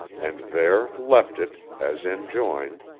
and there left it, as enjoined,